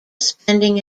spending